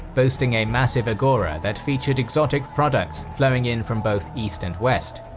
boasting a massive agora that featured exotic products flowing in from both east and west.